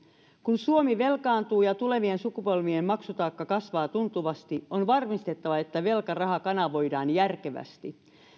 kun suomi velkaantuu ja tulevien sukupolvien maksutaakka kasvaa tuntuvasti on varmistettava että velkaraha kanavoidaan järkevästi